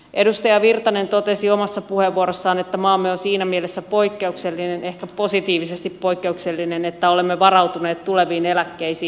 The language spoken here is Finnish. edustaja virtanen totesi omassa puheenvuorossaan että maamme on siinä mielessä poikkeuksellinen ehkä positiivisesti poikkeuksellinen että olemme varautuneet tuleviin eläkkeisiin